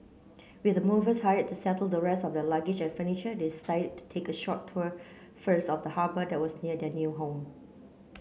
with the movers hired to settle the rest of their luggage and furniture they decided take a short tour first of the harbour that was near the new home